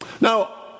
Now